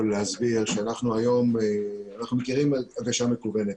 להסביר שאנחנו היום מכירים הגשה מקוונת